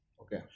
okay